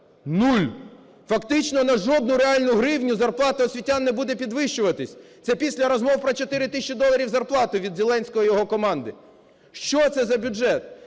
Нуль. Фактично, на жодну реальну гривню зарплата освітян не буде підвищуватись. Це після розмов про 4 тисячі доларів зарплати від Зеленського і його команди. Що це за бюджет?